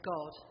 God